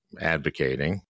advocating